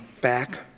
back